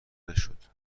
نشد